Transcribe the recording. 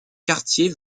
cartier